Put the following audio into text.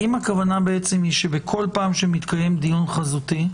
האם הכוונה היא שבכל פעם שמתקיים דיון חזותי,